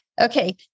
Okay